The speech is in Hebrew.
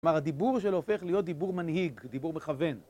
כלומר הדיבור שלו הופך להיות דיבור מנהיג, דיבור מכוון.